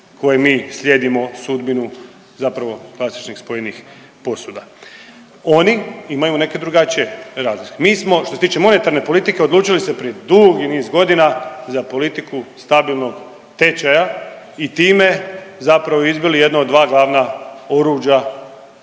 koje mi slijedimo sudbinu zapravo klasičnih spojenih posuda. Oni imaju neke drugačije razlike. Mi smo što se tiče monetarne politike odlučili se prije dugi niz godina za politiku stabilnog tečaja i time zapravo izbili jedno od dva glavna oružja,